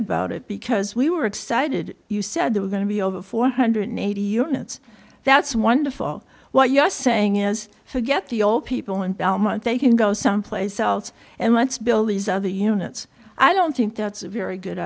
about it because we were excited you said there were going to be over four hundred eighty units that's wonderful what you're saying is forget the old people in belmont they can go someplace else and let's build these other units i don't think that's a very good